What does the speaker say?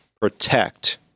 protect